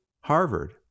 Harvard